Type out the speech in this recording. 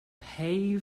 pay